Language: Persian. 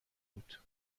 بود